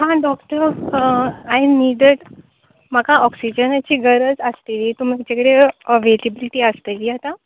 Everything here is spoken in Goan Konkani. हां डॉक्टर आय निडेड म्हाका ऑक्सिजनाची गरज आसलेली तुमचे कडेन अवेलेबिलिटी आसतली आतां